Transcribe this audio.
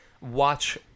watch